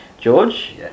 George